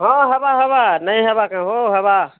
ହଁ ହେବା ହେବା ନାଇଁ ହେବା କାଣା ହୋ ହେବା